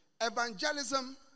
evangelism